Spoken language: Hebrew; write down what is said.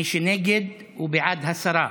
מי שנגד, בעד הסרה.